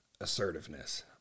assertiveness